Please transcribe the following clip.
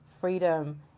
freedom